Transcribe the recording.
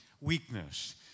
weakness